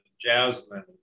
Jasmine